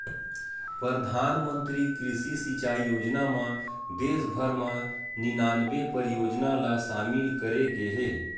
परधानमंतरी कृषि सिंचई योजना म देस भर म निनानबे परियोजना ल सामिल करे गे हे